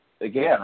again